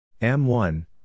M1